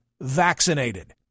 vaccinated